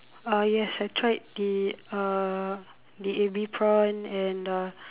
ah yes I tried the uh the ebi prawn and uh